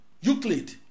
Euclid